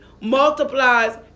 multiplies